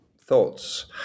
thoughts